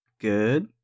Good